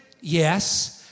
Yes